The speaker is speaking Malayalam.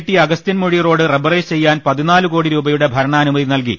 ടി അഗസ്ത്യൻമുഴി റോഡ് റബറൈസ് ചെയ്യാൻ പതിനാല് കോടി രൂപയുടെ ഭരണാനുമതി നൽകി